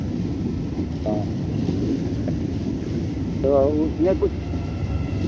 हाँ तो उसमें कुछ